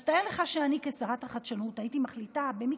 אז תאר לך שאני כשרת החדשנות הייתי מחליטה במקרה,